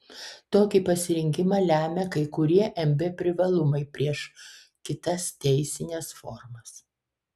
tokį pasirinkimą lemia kai kurie mb privalumai prieš kitas teisines formas